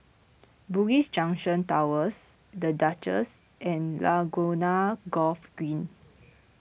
Bugis Junction Towers the Duchess and Laguna Golf Green